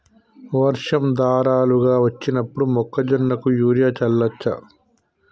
వర్షం ధారలుగా వచ్చినప్పుడు మొక్కజొన్న కు యూరియా చల్లచ్చా?